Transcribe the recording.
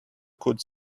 could